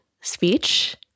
speech